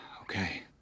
okay